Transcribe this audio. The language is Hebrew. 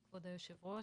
כבוד היושב-ראש,